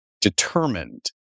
determined